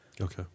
Okay